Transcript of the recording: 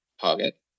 target